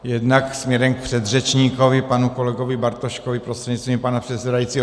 Jednak směrem k předřečníkovi panu kolegovi Bartoškovi prostřednictvím pana předsedajícího.